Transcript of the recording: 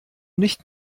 nicht